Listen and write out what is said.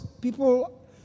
people